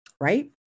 right